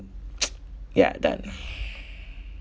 ya done